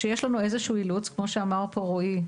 שיש לנו איזשהו אילוץ, כמו שאמר פה רועי.